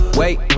wait